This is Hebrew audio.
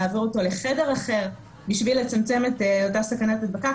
להעביר אותו לחדר אחר בשביל לצמצם את אותה סכנת הדבקה.